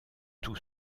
tout